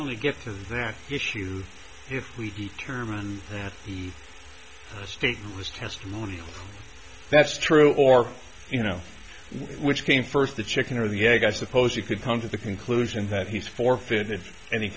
only get to that issue if we determine he states his testimony that's true or you know which came first the chicken or the egg i suppose you could come to the conclusion that he's forfeited any